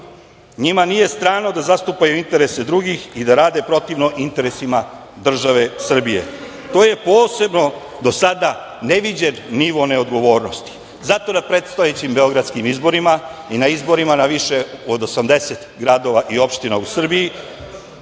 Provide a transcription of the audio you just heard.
njima nije strano da zastupaju interese drugih i da rade protivno interesima države Srbije. To je posebno do sada neviđeni nivo neodgovornosti i zato na predstojećim Beogradskim izborima i na izborima na više od 80 gradova i opština u Srbiji,